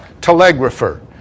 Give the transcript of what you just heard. telegrapher